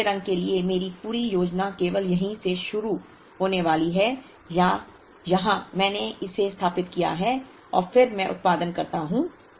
यदि पीले रंग के लिए मेरी पूरी योजना केवल यहीं से शुरू होने वाली है या यहाँ मैंने इसे स्थापित किया है और फिर मैं उत्पादन करता हूं